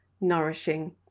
nourishing